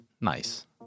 nice